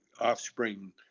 offspring